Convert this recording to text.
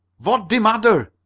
vot's der madder?